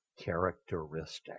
characteristic